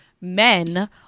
men